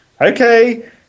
Okay